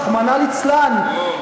רחמנא ליצלן,